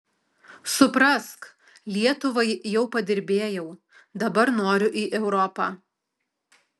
suprask lietuvai jau padirbėjau dabar noriu į europą